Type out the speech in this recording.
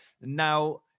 Now